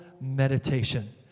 meditation